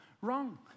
wrong